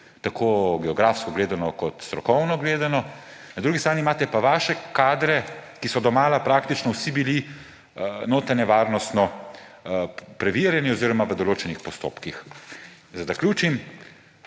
tako geografsko gledano kot strokovno gledano. Na drugi strani pa imate vaše kadre, ki so domala praktično vsi bili notranje varnostno preverjeni oziroma v določenih postopkih. Da zaključim,